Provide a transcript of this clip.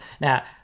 Now